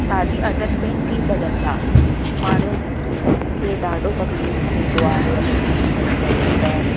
साधी असर पिण थी सघनि था माण्हुनि खे ॾाढो तकलीफ़ थींदो आहे अगरि बिजली हली वञे त